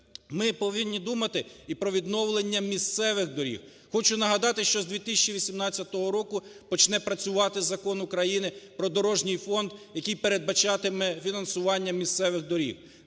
ми повинні думати про відновлення місцевих доріг. Хочу нагадати, що з 2018 року почне працювати Закон України про дорожній фонд, який передбачатиме фінансування місцевих доріг.